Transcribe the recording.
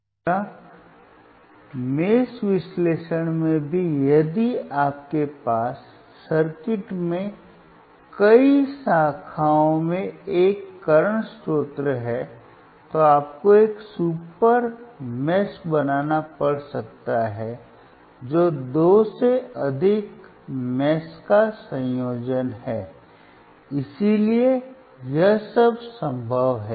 इसी तरह मेष विश्लेषण में भी यदि आपके पास सर्किट में कई शाखाओं में एक वर्तमान स्रोत है तो आपको एक सुपर जाल बनाना पड़ सकता है जो दो से अधिक जालों का संयोजन है इसलिए यह सब संभव है